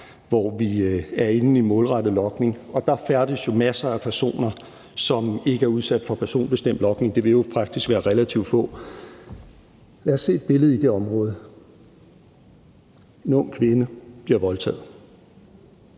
hvor vi er inde i en målrettet logning, og der færdes jo masser af personer, som ikke er udsat for personbestemt logning – det vil faktisk være relativt få, der er det. Lad os se det billede for os, at en ung kvinde bliver voldtaget